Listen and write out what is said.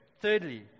thirdly